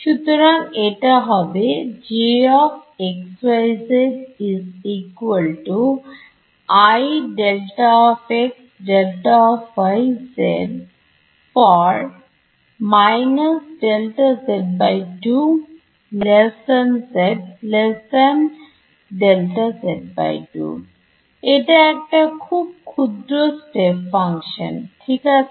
সুতরাং এটা হবে এটা একটা খুব ক্ষুদ্র step function ঠিক আছে